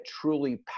truly